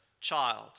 child